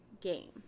game